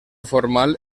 formal